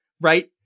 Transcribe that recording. right